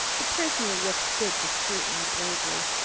the prisoner withstood the scrutiny bravely.